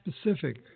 specific